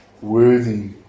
worthy